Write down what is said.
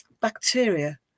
bacteria